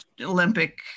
olympic